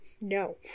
no